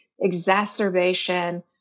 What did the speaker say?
exacerbation